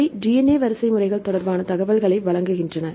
அவை DNA வரிசைமுறைகள் தொடர்பான தகவல்களை வழங்குகின்றன